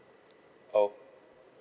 ok~